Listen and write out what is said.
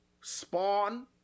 Spawn